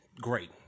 Great